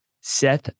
Seth